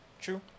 True